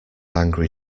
angry